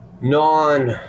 non